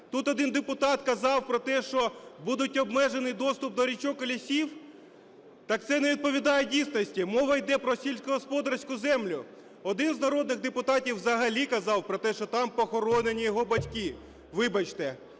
Тут один депутат казав про те, що буде обмежений доступ до річок і лісів. Так це не відповідає дійсності, мова йде про сільськогосподарську землю. Один з народних депутатів взагалі казав про те, що там похоронені його батьки. Вибачте,